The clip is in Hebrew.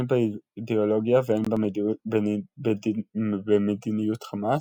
הן באידאולוגיה והן במדיניות חמאס,